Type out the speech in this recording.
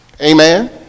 Amen